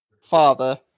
Father